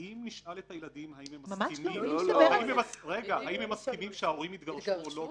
האם נשאל את הילדים האם הם מסכימים שההורים יתגרשו או לא?